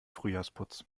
frühjahrsputz